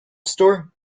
store